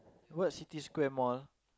what City-Square mall